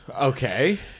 Okay